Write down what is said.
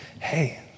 hey